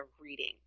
reading